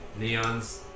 Neons